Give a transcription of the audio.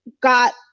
got